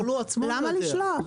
למה לשלוח?